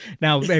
Now